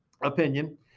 Opinion